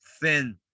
thin